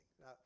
Now